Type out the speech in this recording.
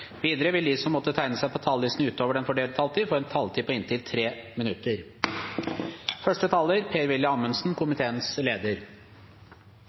De som måtte tegne seg på talerlisten utover den fordelte taletid, får en taletid på inntil 3 minutter.